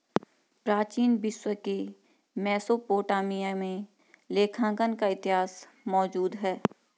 प्राचीन विश्व के मेसोपोटामिया में लेखांकन का इतिहास मौजूद है